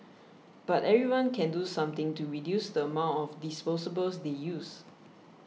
but everyone can do something to reduce the amount of disposables they use